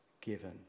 given